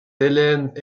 helene